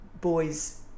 boys